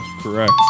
correct